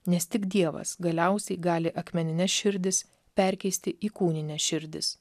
nes tik dievas galiausiai gali akmenines širdis perkeisti į kūnines širdis